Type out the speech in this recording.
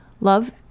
Love